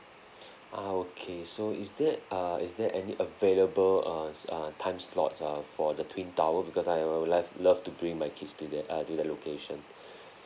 ah okay so is there uh is there any available uh uh time slots uh for the twin tower because I'll love love to bring my kids to that uh to the location